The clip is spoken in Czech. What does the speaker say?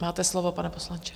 Máte slovo, pane poslanče.